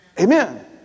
Amen